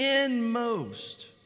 inmost